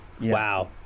wow